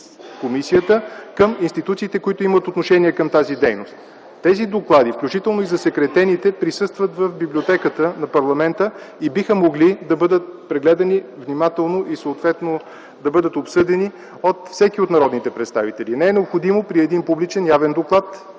комисията към институциите, които имат отношение към тази дейност. Тези доклади, включително и засекретените, присъстват в библиотеката на парламента и биха могли да бъдат прегледани внимателно и съответно да бъдат обсъдени от всеки от народните представители. Не е необходимо при един публичен и явен доклад